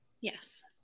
Yes